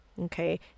okay